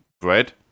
bread